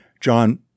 John